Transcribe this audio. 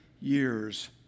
years